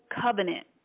Covenant